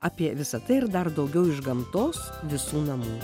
apie visa tai ir dar daugiau iš gamtos visų namų